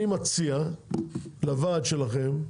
אני מציע לוועד שלכם: